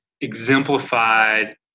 exemplified